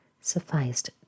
sufficed